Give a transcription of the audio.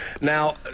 Now